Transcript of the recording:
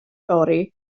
fory